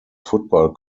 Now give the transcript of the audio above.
football